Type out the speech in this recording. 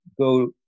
go